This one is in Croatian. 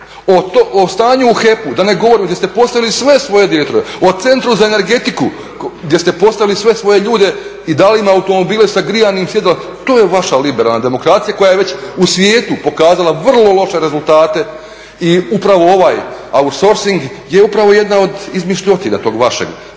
O stanju u HEP-u da ne govorim, gdje ste postavili sve svoje direktore. O Centru za energetiku gdje ste postavili sve svoje ljude i dali im automobile sa grijanim sjedalima to je vaša liberalna demokracija koja je već u svijetu pokazala vrlo loše rezultate i upravo ovaj outsorcing je upravo jedna od izmišljotina tog vašeg